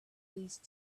these